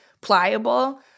pliable